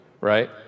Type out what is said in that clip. right